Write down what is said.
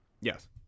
Yes